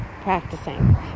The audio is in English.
practicing